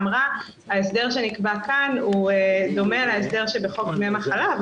ההסדר שנקבע כאן דומה להסדר שקיים בחוק דמי מחלה,